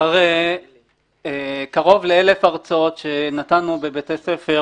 אחרי קרוב לאלף הרצאות שנתנו בבתי ספר,